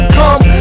come